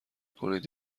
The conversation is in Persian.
کنید